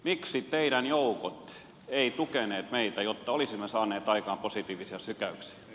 miksi teidän joukkonne eivät tukeneet meitä jotta olisimme saaneet aikaan positiivisia sykäyksiä